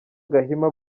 gahima